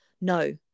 No